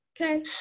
Okay